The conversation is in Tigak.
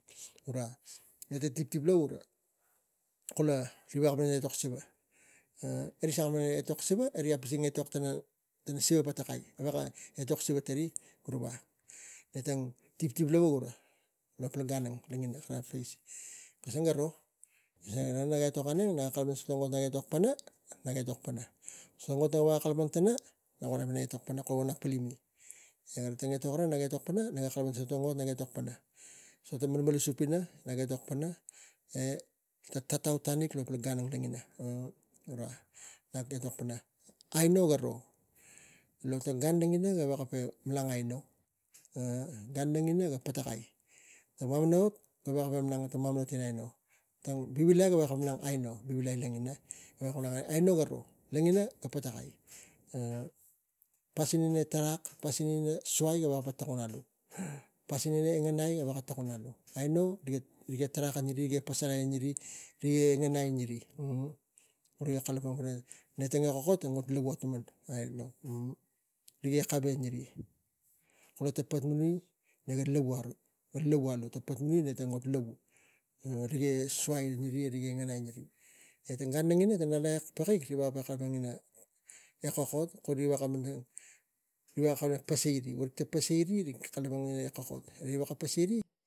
E gura tiptip lavu ura kula rik gaveko kalapang etok siva riga sala kalapang pana etok siva e rik etok siva patakai gaveka kara etok siva tari e tang. Tiptip gura lo pan gan ngan logina kisang garo e na nak etok i e nek tang ot nak etok gi na nak etok pana so vo tang ot na veko kalapang tana na vana etok pana nak klini e gak etok gara nak naga kalapang pana so tang ot nak etok pana. Malmalasup ina mem kus pana e ta tatau tarik lo ga ang logina e gura nak etok pana aino garo lo tang gan langina, gaveko pe ro ina minang ne ga patakai na vau na ga veko kalapang tana mamana ot aino. Tang vivilai ga ve ko malang aino ina mem aino garo ga tuk patakai. Pasing ina e tarag e pasin ina suai gaveko ro alu, pasin e ngen ai gaveko alu aino riga tarag iri pasalai eniri e e ngen iai tari riga kalapang pana tang kokot ga atuman aino. Riga kavai eni ri kula tang patmaniu ga lavu alu ve tang patmaniu gi lavu e riga suai ani riga e ngen ai teri e tang gan lagina rik etok pakik malang ga ina e kokot. Mamana riga veko pasai iri- pasai iri rik ro ina iri kokot.